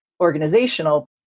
organizational